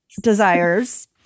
desires